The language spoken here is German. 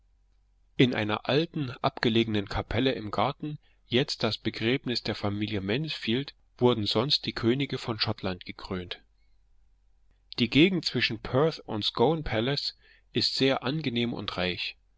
in einer alten abgelegenen kapelle im garten jetzt das begräbnis der familie mansfield wurden sonst die könige von schottland gekrönt die gegend zwischen perth und scone palace ist sehr angenehm und reich